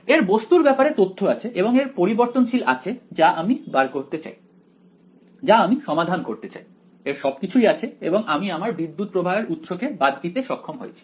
এর বস্তুর ব্যাপারে তথ্য আছে এবং এর পরিবর্তনশীল আছে যা আমি বার করতে চাই যা আমি সমাধান করতে চাই এর সবকিছুই আছে এবং আমি আমার বিদ্যুত্ প্রবাহের উৎস কে বাদ দিতে সক্ষম হয়েছি